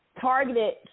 targeted